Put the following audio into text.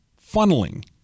funneling